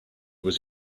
was